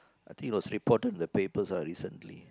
I think it was reported in the papers ah recently